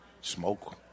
smoke